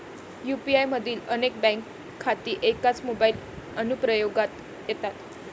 UPI मधील अनेक bank खाती एकाच मोबाइल अनुप्रयोगात येतात